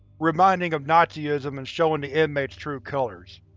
reminding of nazism and showing the inmate's true colors.